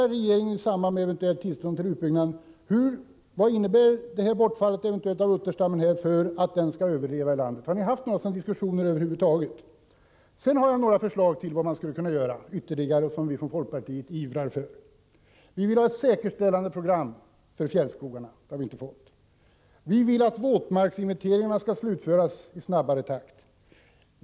Om det blir aktuellt att ge tillstånd till en utbyggnad där, diskuterar då regeringen vad ett bortfall av utterstammen i det området kan komma att innebära med tanke på utterns framtid här i landet? Har ni haft några diskussioner över huvud taget? Jag vill peka på några ytterligare åtgärder som vi i folkpartiet ivrar för. Vi vill ha ett säkerställandeprogram för fjällskogarna — men något sådant har vi inte fått. Vi vill att våtmarksinventeringarna skall slutföras i snabbare takt.